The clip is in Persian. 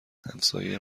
همسایه